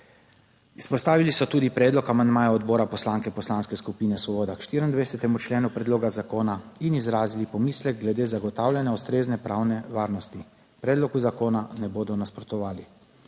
Izpostavili so tudi predlog amandmaja odbora poslanke Poslanske skupine Svoboda k 24. členu predloga zakona in izrazili pomislek glede zagotavljanja ustrezne pravne varnosti, predlogu zakona ne bodo nasprotovali.